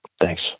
Thanks